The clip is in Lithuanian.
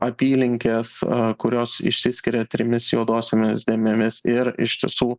apylinkes kurios išsiskiria trimis juodosiomis dėmėmis ir iš tiesų